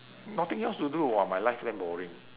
nothing else to do [what] my life damn boring